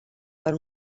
per